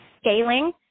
scaling